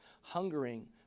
Hungering